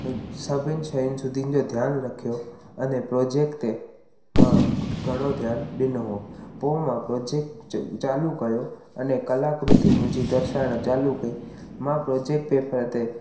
सभिनि शयुनि सूदिनि जो ध्यानु रखियो अने प्रोजेक्ट ते मां घ घणो ध्यानु ॾिनो हो पोइ मां प्रोजेक्ट च चालू कयो अने कलाकृती मुंहिंजी दर्शाइण चालू कई मां प्रोजेक्ट पेपर ते